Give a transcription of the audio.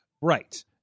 Right